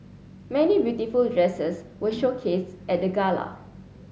many beautiful dresses were showcased at the gala